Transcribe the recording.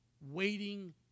waiting